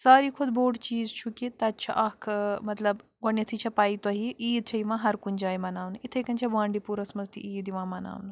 ساروی کھۄتہٕ بوٚڑ چیٖز چھُ کہِ تَتہِ چھُ اَکھ مطلب گۄڈنیٚتھٕے چھ پیی تُہۍ عیٖد چھ یِوان ہر کُنہٕ جایہِ مناونہٕ اِتھ کٔنۍ چھِٕ بانڈی پوٗرس منٛز تہِ عیٖد یِوان مناونہٕ